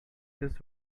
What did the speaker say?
this